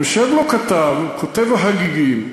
יושב לו כתב, כותב הגיגים.